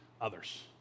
others